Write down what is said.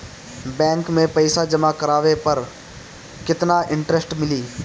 Bank में पईसा जमा करवाये पर केतना इन्टरेस्ट मिली?